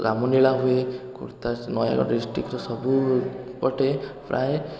ରାମଲୀଳା ହୁଏ ଖୋର୍ଦ୍ଧା ନୟାଗଡ଼ ଡିଷ୍ଟ୍ରିକ୍ଟର ସବୁପଟେ ପ୍ରାୟ